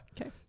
Okay